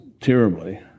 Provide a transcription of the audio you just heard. terribly